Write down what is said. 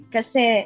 Kasi